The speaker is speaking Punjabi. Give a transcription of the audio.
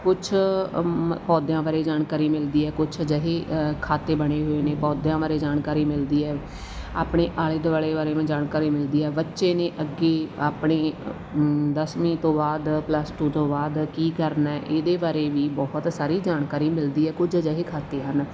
ਕੁਛ ਪੌਦਿਆਂ ਬਾਰੇ ਜਾਣਕਾਰੀ ਮਿਲਦੀ ਹੈ ਕੁਛ ਅਜਿਹੇ ਖਾਤੇ ਬਣੇ ਹੋਏ ਨੇ ਪੌਦਿਆਂ ਬਾਰੇ ਜਾਣਕਾਰੀ ਮਿਲਦੀ ਹੈ ਆਪਣੇ ਆਲੇ ਦੁਆਲੇ ਬਾਰੇ ਮੈਂ ਜਾਣਕਾਰੀ ਮਿਲਦੀ ਹੈ ਬੱਚੇ ਨੇ ਅੱਗੇ ਆਪਣੇ ਦਸਵੀਂ ਤੋਂ ਬਾਅਦ ਪਲੱਸ ਟੂ ਤੋਂ ਬਾਅਦ ਕੀ ਕਰਨਾ ਇਹਦੇ ਬਾਰੇ ਵੀ ਬਹੁਤ ਸਾਰੀ ਜਾਣਕਾਰੀ ਮਿਲਦੀ ਹੈ ਕੁਝ ਅਜਿਹੇ ਖਾਤੇ ਹਨ